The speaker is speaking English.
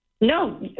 No